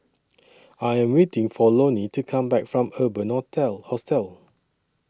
I Am waiting For Lonie to Come Back from Urban Hotel Hostel